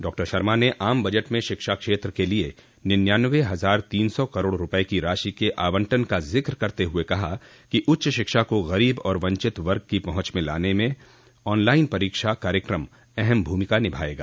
doctor Sharma ने आम budget में शिक्षा क्षेत्र के लिए निनयान्नबे हजार तीन सौ करोड़ रूपये की राशि के आवंटन का जिक करते हुए कहा कि उच्च शिक्षा को ग़रीब और वंचित वर्ग की पहुंच में लाने में आन लाइन परीक्षा कार्यकम अहम भूमिका निभायेगा